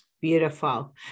Beautiful